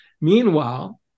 Meanwhile